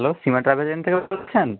hello Seema travel agent থেকে